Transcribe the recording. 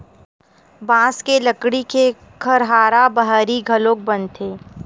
बांस के लकड़ी के खरहारा बाहरी घलोक बनथे